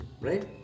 right